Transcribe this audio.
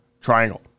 Triangle